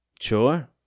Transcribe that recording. Sure